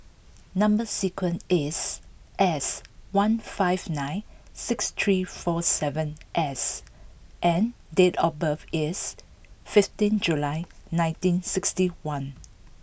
number sequence is S one five nine six three four seven S and date of birth is fifteen July nineteen sixty one